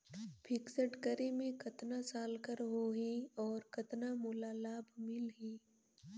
Fixed करे मे कतना साल कर हो ही और कतना मोला लाभ मिल ही?